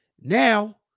Now